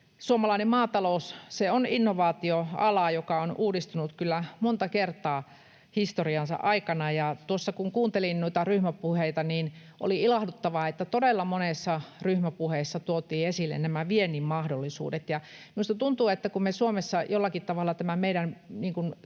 Suomalainen maatalous on innovaatioala, joka on uudistunut monta kertaa historiansa aikana. Tuossa kun kuuntelin noita ryhmäpuheita, oli ilahduttavaa, että todella monessa ryhmäpuheessa tuotiin esille viennin mahdollisuudet. Minusta tuntuu, että meille Suomessa tämä meidän